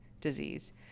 disease